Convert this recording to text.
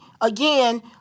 again